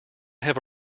have